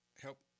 help